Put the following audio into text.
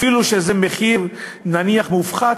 אפילו שהמחיר מופחת,